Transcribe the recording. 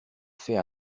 fait